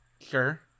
sure